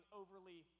overly